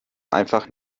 einfach